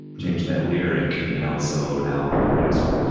change that lyric, you know? so now i'm a producer,